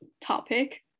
topic